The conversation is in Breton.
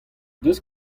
deus